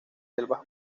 selvas